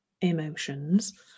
emotions